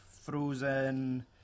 Frozen